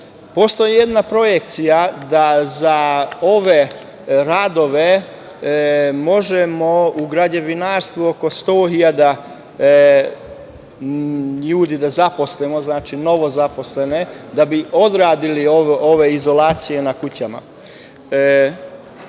jedna projekcija da za ove radove možemo u građevinarstvu oko 100.000 ljudi da zaposlimo, znači novozaposlene, da bi odradili ove izolacije na kućama.